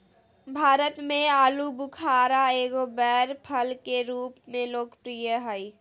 भारत में आलूबुखारा एगो बैर फल के रूप में लोकप्रिय हइ